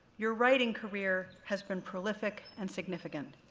your writing career has been prolific and significant.